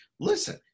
Listen